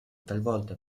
talvolta